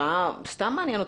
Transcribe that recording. סתם מעניין אותי,